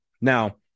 Now